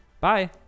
Bye